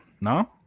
No